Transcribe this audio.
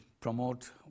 promote